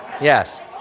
Yes